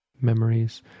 memories